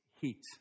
heat